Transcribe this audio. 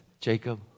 Jacob